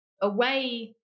away